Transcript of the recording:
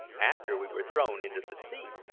after we were thrown into the sea.